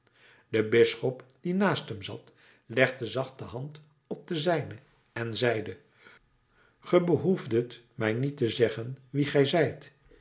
de bisschop die naast hem zat legde zacht de hand op de zijne en zeide ge behoefdet mij niet te zeggen wie ge zijt